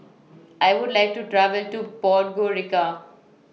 I Would like to travel to Podgorica